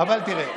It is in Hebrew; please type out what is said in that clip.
מיקי, תענה לי.